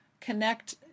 connect